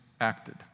acted